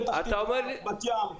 פתח תקווה, בת ים.